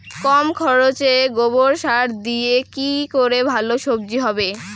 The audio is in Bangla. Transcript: কম খরচে গোবর সার দিয়ে কি করে ভালো সবজি হবে?